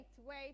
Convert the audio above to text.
wait